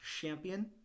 Champion